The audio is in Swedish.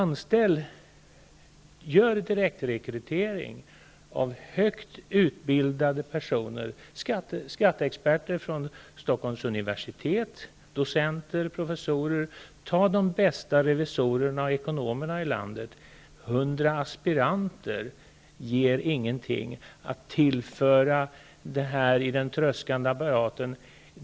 Gör en direktrekrytering av högt utbildade personer, skatteexperter från Stockholms universitet, docenter och professorer! Ta de bästa revisorerna och ekonomerna i landet! 100 aspiranter tillför ingenting i den här tröskande apparaten.